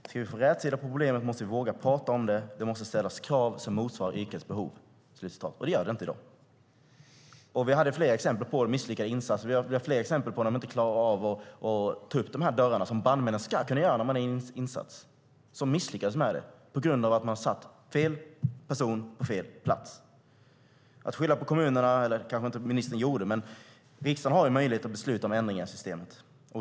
Ska vi få rätsida på problemet måste vi våga prata om det, det måste ställas krav som motsvarar yrkets behov." Det gör det inte i dag. Vi hade fler exempel på misslyckade insatser. Vi har fler exempel på att brandmän inte har klarat av att ta upp de dörrar som de ska kunna göra när de är ute på en insats, som misslyckades med det på grund av att man satt fel person på fel plats. Ministern kanske inte skyllde på kommunerna, men riksdagen har ju möjlighet att besluta om ändringar i systemet.